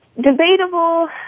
debatable